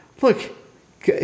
look